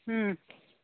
ꯎꯝ